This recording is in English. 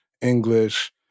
English